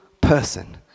person